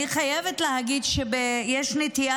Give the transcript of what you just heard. אני חייבת להגיד שיש נטייה,